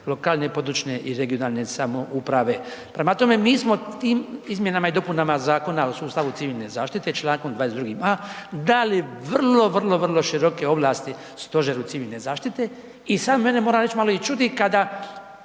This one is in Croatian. lokalne i područne i regionalne samouprave. Prema tome, mi smo tim izmjenama i dopunama Zakona o sustavu civilne zaštite, čl. 22.a. dali vrlo, vrlo, vrlo široke ovlasti Stožeru civilne zaštite i sad mene moram reć malo i čudi kada